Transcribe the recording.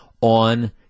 on